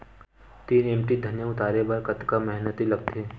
तीन एम.टी धनिया उतारे बर कतका मेहनती लागथे?